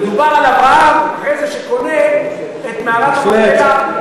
מדובר על אברהם אחרי שקנה את מערת המכפלה,